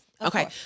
Okay